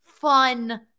fun